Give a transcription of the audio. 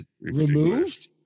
Removed